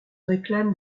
réclame